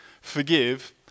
Forgive